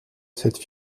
cette